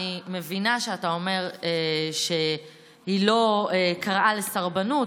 אני מבינה שאתה אומר שהיא לא קראה לסרבנות.